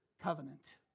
covenant